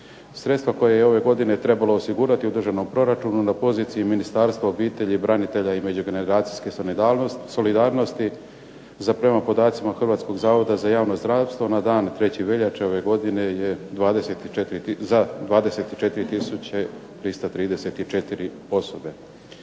Sredstva koje je ove godine trebalo osigurati u državnom proračunu na poziciji Ministarstva obitelji, branitelja i međugeneracijske solidarnosti za prema podacima Hrvatskog zavoda za javno zdravstvo na dan 3. veljače ove godine je za 24 tisuće 334 osobe.